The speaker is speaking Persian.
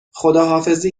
خداحافظی